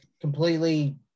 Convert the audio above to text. completely